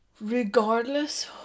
Regardless